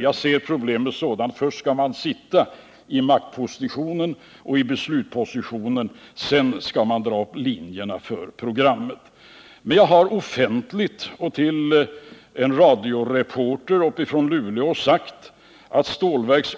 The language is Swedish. Jag ser problemet så att det först gäller att komma i maktoch beslutsposition och att man sedan får dra upp linjerna för vad som skall göras. Jag har dock till en radioreporter i Luleå sagt att Stålverk